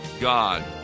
God